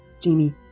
Jamie